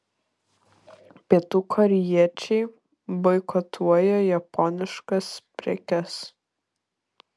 pietų korėjiečiai boikotuoja japoniškas prekes